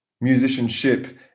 musicianship